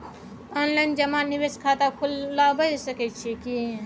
Online जमा निवेश खाता खुलाबय सकै छियै की?